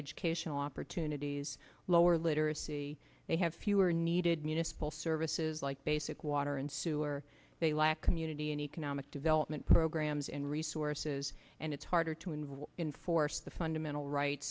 educational opportunities lower literacy they have fewer needed municipal services like basic water and sewer they lack community and economic development programs and resources and it's harder to invest in force the fundamental right